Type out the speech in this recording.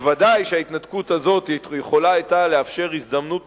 ודאי שההתנתקות הזאת היתה יכולה לאפשר הזדמנות